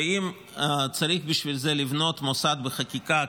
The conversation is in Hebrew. ואם צריך לבנות בשבילך זה מוסד בחקיקה,